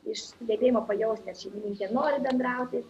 iš gebėjimo pajausti ar šeimininkė nori bendrauti